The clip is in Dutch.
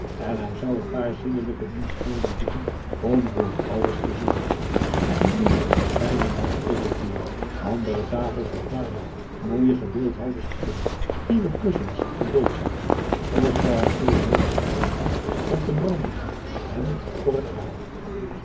en hij zou n paar zindelijke dienstboden zoeken om voor alles te zorgen en nieuwe fijne matten voor den vloer andere tafels met marmer mooie gebeeldhouwde stoelen nieuwe kussens en bultzakken ook zou hij veel reukwerk koopen om te branden en voor het haar